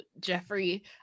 Jeffrey